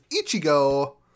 Ichigo